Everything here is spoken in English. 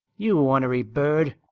you ornery bird,